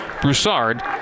Broussard